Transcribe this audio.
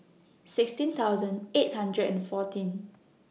sixteen thousand eight hundred and fourteen